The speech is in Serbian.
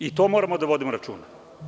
I to moramo da vodimo računa.